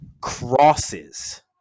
Crosses